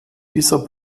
dieser